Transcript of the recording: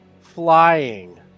flying